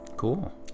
Cool